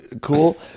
cool